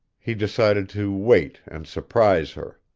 he decided to wait and surprise her.